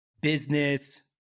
business